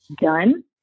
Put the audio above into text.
Done